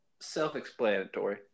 Self-explanatory